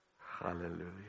Hallelujah